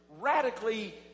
Radically